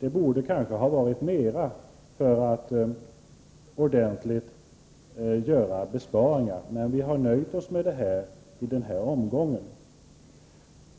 Summan borde kanske ha varit större för att utgöra en ordentlig besparing, men vi har nöjt oss med detta i denna omgång.